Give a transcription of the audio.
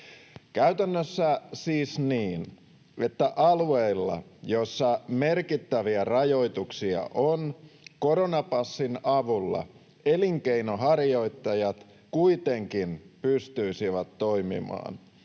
Käytännössä siis niin, että alueilla, joilla merkittäviä rajoituksia on, koronapassin avulla elinkeinonharjoittajat kuitenkin pystyisivät toimimaan.